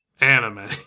anime